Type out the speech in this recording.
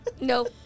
no